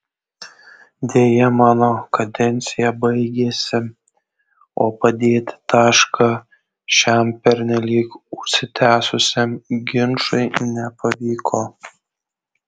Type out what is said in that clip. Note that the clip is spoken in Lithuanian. deja mano kadencija baigėsi o padėti tašką šiam pernelyg užsitęsusiam ginčui nepavyko